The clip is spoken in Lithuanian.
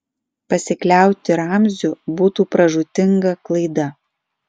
pasikliauti ramziu būtų pražūtinga klaida